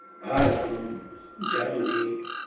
भारतं जर्मनि